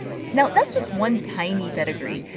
now that's just one tiny pedigree.